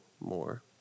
more